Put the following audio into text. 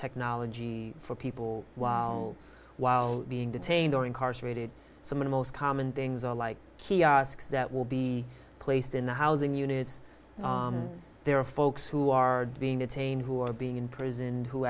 technology for people while while being detained or incarcerated some of the most common things are like kiosks that will be placed in the housing units there are folks who are being detained who are being imprisoned who